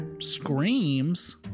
Screams